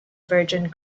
virgin